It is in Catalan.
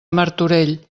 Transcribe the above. martorell